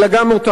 אלא גם אותנו.